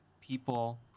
people